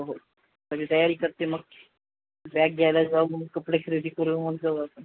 हो सगळी तयारी करते मग बॅग घ्यायला जावं मग कपडे खरेदी करून मग जाऊ आपण